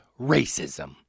racism